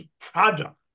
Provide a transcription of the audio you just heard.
product